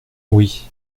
oui